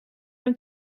een